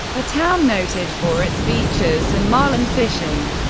a town noted for its beaches and marlin fishing.